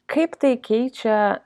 kaip tai keičia